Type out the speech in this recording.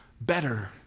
better